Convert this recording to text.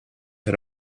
had